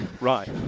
Right